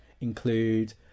include